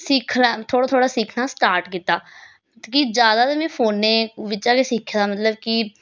सिक्खना थोह्ड़ा थोह्ड़ा सिक्खना स्टार्ट कीता मतलब कि ज्यादा ते में फोनै बिच्चा गै सिक्खे दा मतलब कि